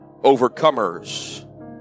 overcomers